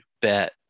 bet